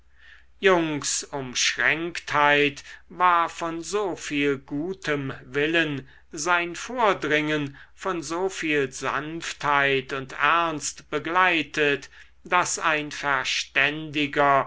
jungs umschränktheit war von so viel gutem willen sein vordringen von so viel sanftheit und ernst begleitet daß ein verständiger